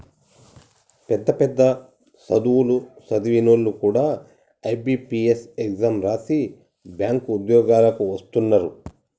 పెద్ద పెద్ద సదువులు సదివినోల్లు కూడా ఐ.బి.పీ.ఎస్ ఎగ్జాం రాసి బ్యేంకు ఉద్యోగాలకు వస్తున్నరు